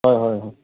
হয় হয় হয়